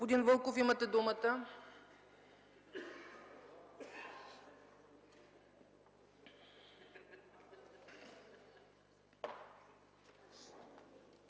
Господин Матов, имате думата